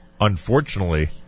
unfortunately